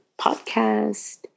podcast